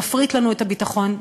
מפריט לנו את הביטחון,